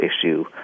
issue